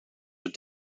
are